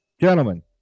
gentlemen